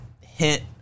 hint